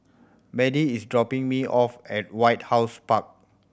Madie is dropping me off at White House Park